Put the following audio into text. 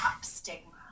stigma